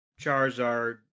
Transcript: Charizard